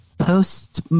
Post